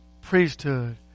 priesthood